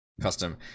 custom